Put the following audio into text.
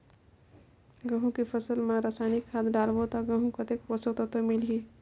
गंहू के फसल मा रसायनिक खाद डालबो ता गंहू कतेक पोषक तत्व मिलही?